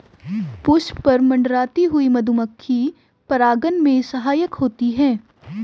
पुष्प पर मंडराती हुई मधुमक्खी परागन में सहायक होती है